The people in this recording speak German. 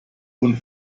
von